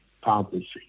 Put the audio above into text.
policy